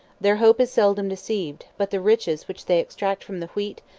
their hope is seldom deceived but the riches which they extract from the wheat,